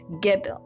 get